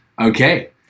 Okay